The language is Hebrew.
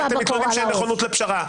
אתם מתלוננים שאין נכונות לפשרה.